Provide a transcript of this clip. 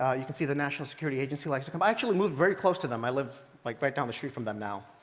ah you can see the national security agency likes to come by. i actually moved very close to them. i live like right down the street from them now.